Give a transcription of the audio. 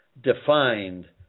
defined